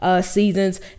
seasons